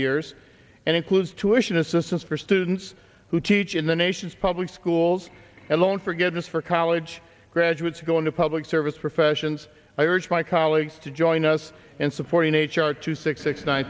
years and includes tuitions assistance for students who teach in the nation's public schools and loan forgiveness for college graduates go into public service professions i urge my colleagues to join us in supporting h r two six six nine